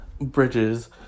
Bridges